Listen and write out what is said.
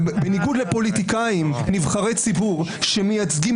בניגוד לפוליטיקאים נבחרי ציבור שמייצגים